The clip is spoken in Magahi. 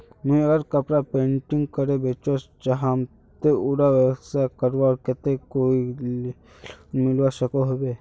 मुई अगर कपड़ा पेंटिंग करे बेचवा चाहम ते उडा व्यवसाय करवार केते कोई लोन मिलवा सकोहो होबे?